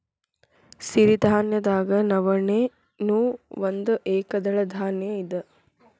ಸಿರಿಧಾನ್ಯದಾಗ ನವಣೆ ನೂ ಒಂದ ಏಕದಳ ಧಾನ್ಯ ಇದ